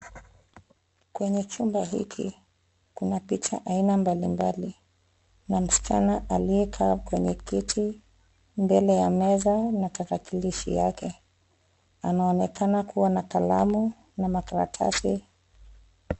Kwenye chumba hiki kuna picha aina mbalimbali na msichana aliyekaa kwenye kiti mbele ya meza na tarakilishi yake, anaonekana kuwa na kalamu na karatasi.